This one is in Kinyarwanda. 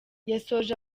yasoje